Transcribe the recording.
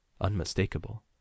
unmistakable